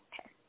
Okay